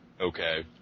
Okay